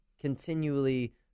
continually